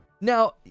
Now